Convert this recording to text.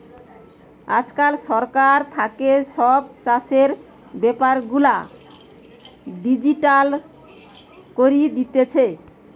আজকাল সরকার থাকে সব চাষের বেপার গুলা ডিজিটাল করি দিতেছে